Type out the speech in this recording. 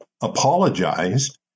apologized